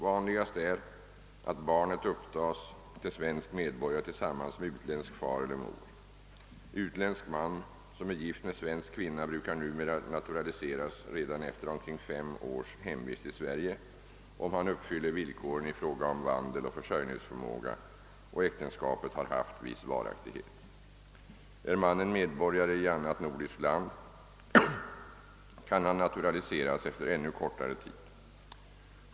Vanligast är att barnet upptas till till svensk medborgare tillsammans med utländsk fader eller moder. Uiländsk man som är gift med svensk kvinna brukar numera naturaliseras redan efter omkring fem års hemvist i Sverige, om han uppfyller villkoren i fråga om vandel och försörjningsförmåga och äktenskapet haft viss varaktighet. är mannen medborgare i annat nordiskt land kan han naturaliseras efter ännu kortare tid.